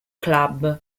club